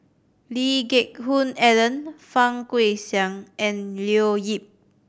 Lee Geck Hoon Ellen Fang Guixiang and Leo Yip